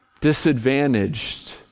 disadvantaged